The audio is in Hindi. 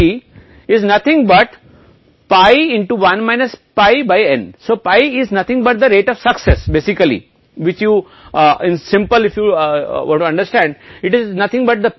तो यह तय करता है कि आपकी अशक्त परिकल्पना स्वीकार की गई है या Z मान अधिकार के आधार पर अस्वीकृत